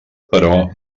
però